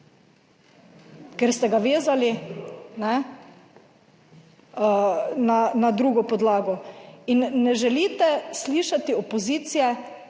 ker ste ga vezali, ne, na drugo podlago in ne želite slišati opozicije